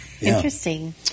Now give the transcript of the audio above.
Interesting